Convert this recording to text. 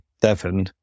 Devon